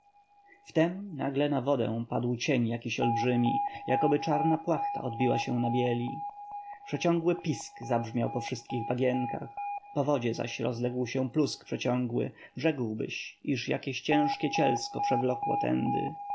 wtem nagle na wodę padł cień jakiś olbrzymi jakoby czarna płachta odbiła się na bieli przeciągły pisk zabrzmiał po wszystkich bagienkach po wodzie zaś rozległ się plusk przeciągły rzekłbyś iż jakieś ciężkie cielsko przewlokło tędy